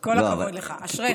------ כל הכבוד לך, אשריך.